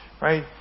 Right